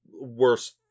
worse